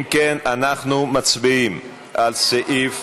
אם כן, אנחנו מצביעים על סעיף